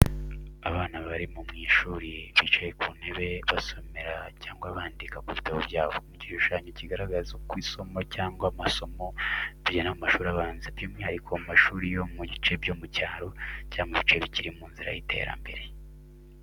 Abana bari mu ishuri, bicaye ku ntebe basomera cyangwa bandika mu bitabo byabo. Ni igishushanyo kigaragaza uko isomo cyangwa amasomo bigenda mu mashuri abanza, by’umwihariko mu mashuri yo mu bice byo mu cyaro cyangwa mu bice bikiri mu nzira y’iterambere.